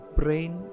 brain